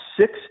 six